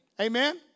Amen